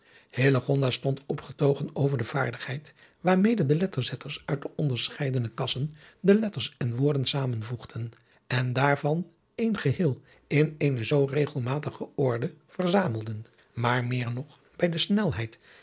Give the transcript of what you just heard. stond opgetogen over de vaardigheid waarmede de letterzetters uit de onderscheidene kassen de letters en woorden zamenvoegden en daarvan een geheel in eene zoo regelmatige orde verzamelden maar meer nog bij de snelheid